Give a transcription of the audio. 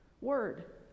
Word